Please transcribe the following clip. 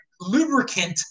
lubricant